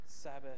Sabbath